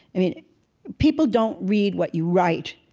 i mean people don't read what you write.